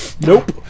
nope